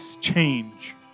change